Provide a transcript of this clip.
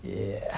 yeah